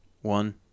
One